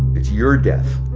it's your death.